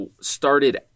started